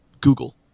Google